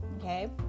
okay